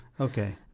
Okay